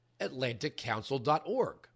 AtlanticCouncil.org